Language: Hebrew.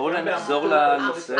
נחזור לנושא?